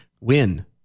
win